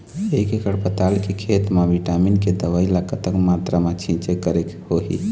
एक एकड़ पताल के खेत मा विटामिन के दवई ला कतक मात्रा मा छीचें करके होही?